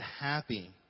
happy